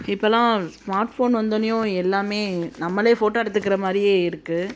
இப்போல்லாம் smart phone வந்தோடனையும் எல்லாமே நம்மளே ஃபோட்டோ எடுத்துக்கிற மாதிரியே இருக்குது